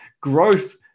Growth